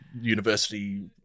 university